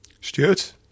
Stuart